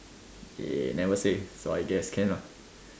they never say so I guess can ah